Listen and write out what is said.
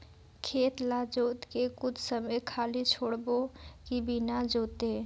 खेत ल जोत के कुछ समय खाली छोड़बो कि बिना जोते?